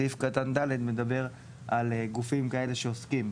סעיף קטן ד' מדבר על גופים כאלה שעוסקים,